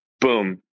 Boom